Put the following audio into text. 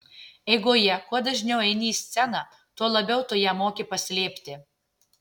eigoje kuo dažniau eini į sceną tuo labiau tu ją moki paslėpti